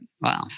Wow